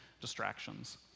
distractions